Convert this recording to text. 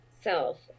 self